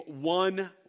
one